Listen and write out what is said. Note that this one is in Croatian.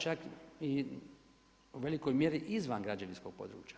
Čak i u velikoj mjeri izvan građevinskog područja.